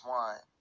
one